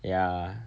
ya